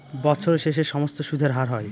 বছরের শেষে সমস্ত সুদের হার হয়